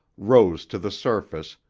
rose to the surface,